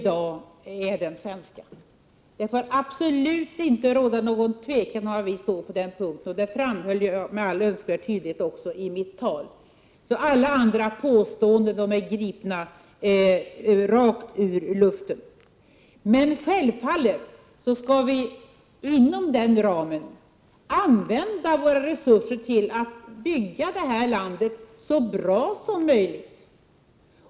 Detta påpekade jag också i mitt huvudanförande. Alla andra påståenden är gripna ur luften. Självfallet skall vi inom ramen för denna alliansfrihet och neutralitetspolitik bygga upp detta land så bra som möjligt.